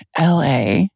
LA